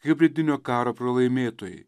hibridinio karo pralaimėtojai